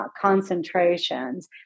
concentrations